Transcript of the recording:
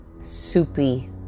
soupy